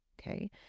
okay